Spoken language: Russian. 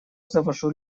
завожу